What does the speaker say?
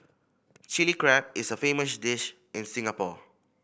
Chilli Crab is a famous dish in Singapore